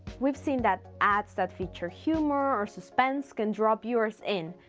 we've seen that ads that feature humor or suspense can draw viewers in.